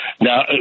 Now